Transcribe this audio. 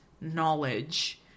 knowledge